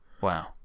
wow